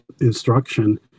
instruction